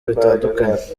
bitandukanye